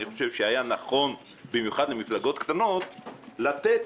אני חושב שהיה נכון, במיוחד למפלגות קטנות, לתת